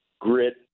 grit